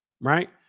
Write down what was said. right